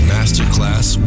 Masterclass